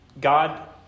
God